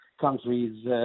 countries